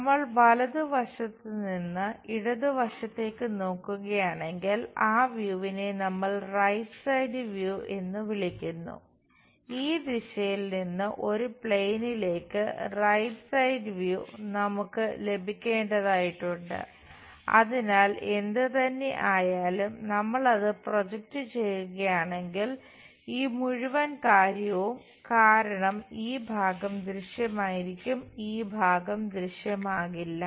നമ്മൾ വലതുവശത്ത് നിന്ന് ഇടതുവശത്തേക്ക് നോക്കുകയാണെങ്കിൽ ആ വ്യൂവിനെ ചെയ്യുകയാണെങ്കിൽ ഈ മുഴുവൻ കാര്യവും കാരണം ഈ ഭാഗം ദൃശ്യമായിരിക്കും ഈ ഭാഗം ദൃശ്യമാകില്ല